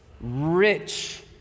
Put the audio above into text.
rich